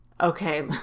Okay